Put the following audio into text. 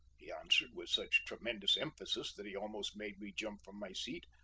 he answered, with such tremendous emphasis that he almost made me jump from my seat.